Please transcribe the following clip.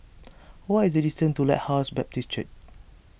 what is the distance to Lighthouse Baptist Church